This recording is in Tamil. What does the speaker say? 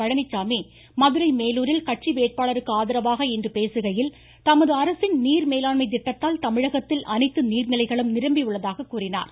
பழனிசாமி மதுரை மேலூரில் கட்சி வேட்பாளருக்கு ஆதரவாக இன்று பேசுகையில் தமது அரசின் நீர் மேலாண்மை திட்டத்தால் தமிழகத்தில் அனைத்து நீர்நிலைகளும் நிரம்பி உள்ளதாக கூறினார்